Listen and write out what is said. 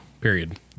period